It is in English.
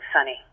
sunny